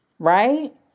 right